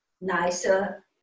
nicer